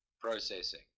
processing